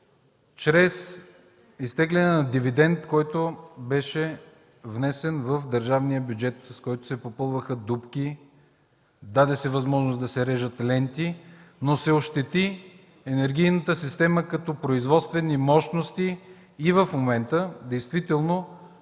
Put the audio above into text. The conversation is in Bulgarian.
чрез изтегляне на дивидент, който беше внесен в държавния бюджет, с който се попълваха дупки, даде се възможност да се режат ленти, но се ощети енергийната система като производствени мощности и в момента действително